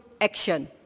action